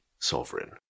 sovereign